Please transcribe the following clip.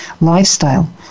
lifestyle